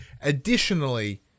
additionally